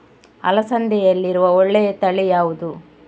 ಅಲಸಂದೆಯಲ್ಲಿರುವ ಒಳ್ಳೆಯ ತಳಿ ಯಾವ್ದು?